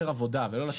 עבודה.